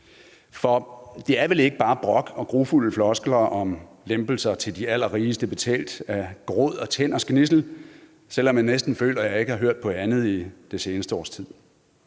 For det er vel ikke bare brok og grufulde floskler om lempelser til de allerrigeste betalt med gråd og tænders gnidsel, selv om jeg næsten føler, at jeg ikke har hørt på andet i det seneste års tid.